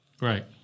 Right